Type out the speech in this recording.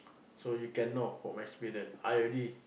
so you can know from experience I already